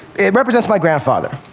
it represents my grandfather.